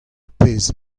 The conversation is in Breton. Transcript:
pezh